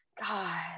God